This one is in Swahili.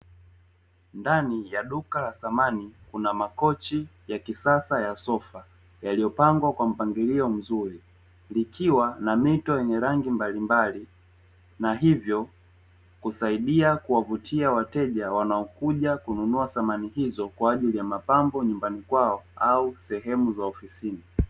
Ndani ya duka la samani kuna makochi ya kisasa ya sofa yaliyopangwa kwa mpangilio mzuri likiwa na mito yenye rangi mbalimbali na hivyo kusaidia kuwavutia wateja wanaokuja kununua samani hizo kwa ajili ya mapambo nyumbani kwao au sehemu za ofisini.